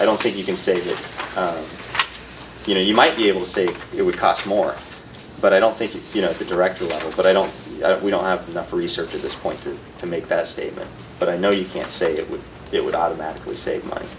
i don't think you can say that you know you might be able to say it would cost more but i don't think you know the director but i don't we don't have enough research at this point to make that statement but i know you can't say it would it would automatically save money